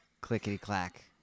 Clickety-clack